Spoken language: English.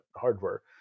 hardware